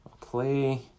play